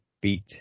beat